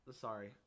Sorry